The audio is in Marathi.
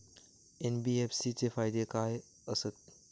एन.बी.एफ.सी चे फायदे खाय आसत?